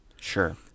Sure